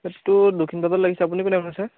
এইটো দক্ষিণপাতত লাগিছে আপুনি কোনে কৈছে